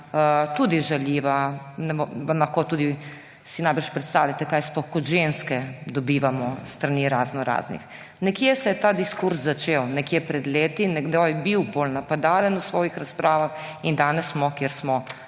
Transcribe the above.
tudi žaljiva. Vam lahko tudi – najbrž si predstavljate, kaj sploh kot ženske dobivamo s strani raznoraznih. Nekje se je ta diskurz začel, nekje pred leti. Nekdo je bil bolj napadalen v svojih razpravah in danes smo, kjer smo.